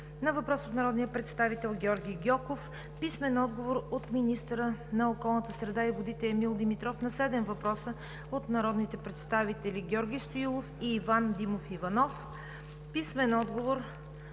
на въпрос от народния представител Георги Гьоков; - министъра на околната среда и водите Емил Димитров на седем въпроса от народните представители Георги Стоилов и Иван Димов Иванов; - министъра